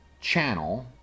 channel